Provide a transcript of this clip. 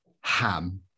ham